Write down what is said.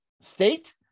state